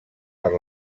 per